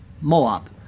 Moab